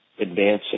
advancing